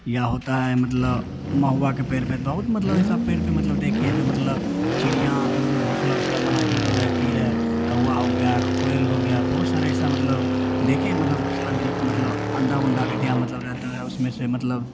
यह होता है मतलब महुआ के पेड़ पर बहुत मतलब ऐसा पेड़ पर मतलब देखें है जो मतलब चिड़िया मतलब घोसला उसला बना कर मतलब रहती है कोवा हो गया कोयल हो गया बहुत सारे ऐसे मतलब देखें हैं मतलब घोसला में जो कि मतलब अंडा उंडा भी दिया मतलब रहता है उसमें से मतलब